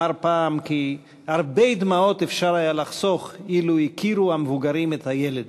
אמר פעם כי הרבה דמעות אפשר היה לחסוך אילו הכירו המבוגרים את הילד.